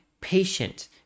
patient